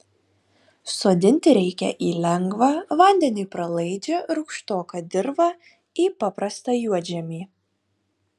sodinti reikia į lengvą vandeniui pralaidžią rūgštoką dirvą į paprastą juodžemį